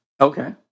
Okay